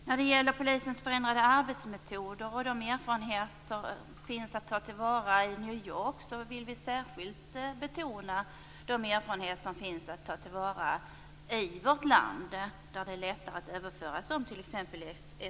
När det gäller polisens förändrade arbetsmetoder och de erfarenheter som finns att ta till vara i New York, vill vi särskilt betona att de erfarenheter som finns i vårt land, t.ex. i Eskilstuna och Kalmar, är lättare att överföra.